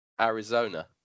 Arizona